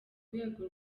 rwego